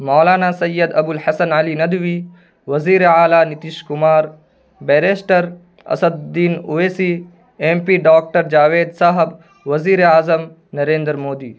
مولانا سید ابوالحسن علی ندوی وزیرِ اعلی Nitish Kumar barrister Asaduddin Owaisi M P doctor Javed صاحب وزیرِ اعظم نریندر مودی